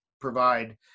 provide